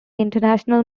international